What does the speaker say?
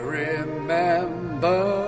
remember